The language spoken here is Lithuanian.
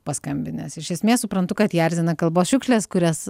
paskambinęs iš esmės suprantu kad jį erzina kalbos šiukšlės kurias